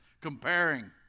Comparing